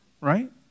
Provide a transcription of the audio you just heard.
right